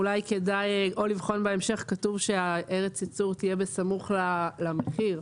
אולי כדאי לבחון בהמשך כתוב שארץ הייצור תהיה בסמוך למחיר.